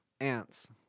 Ants